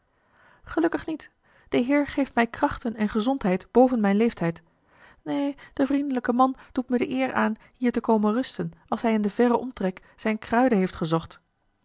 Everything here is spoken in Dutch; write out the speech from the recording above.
gelukkig niet de heer geeft mij krachten en gezondheid boven mijn leeftijd neen de vriendelijke man doet me de eer aan hier te komen rusten als hij in den verren omtrek zijne kruiden heeft gezocht